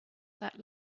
that